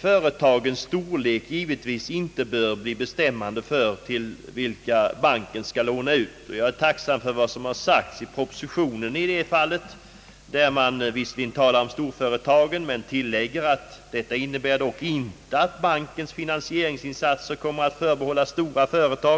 företagens storlek givetvis inte får bli bestämmande för till vilka banken skall låna ut. Jag är tacksam för vad som har sagts i propositionen i det fallet. Man talar visserligen om storföretagen men tillägger, att det dock inte innebär att bankens finansieringsinsatser kommer att förbehållas stora företag.